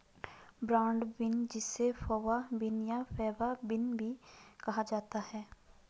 broad bean जिसे fava bean या faba bean भी कहा जाता है